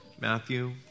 Matthew